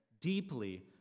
deeply